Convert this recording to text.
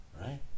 right